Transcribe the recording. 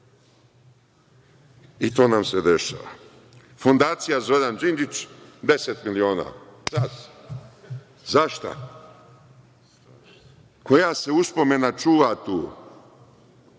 I to nam se dešava.„Fondacija Zoran Đinđić“ 10 miliona, fljas, za šta? Koja se uspomena čuva tu?